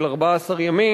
של 14 ימים,